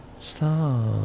stop